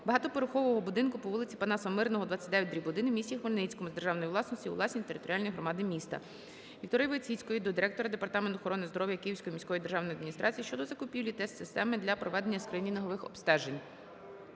багатоповерхового будинку по вулиці Панаса Мирного, 29/1 в місті Хмельницькому з державної власності у власність територіальної громади міста. ВікторіїВойціцької до директора департаменту охорони здоров'я Київської міської державної адміністрації щодо закупівлі тест-системи для проведення скринінгових обстежень.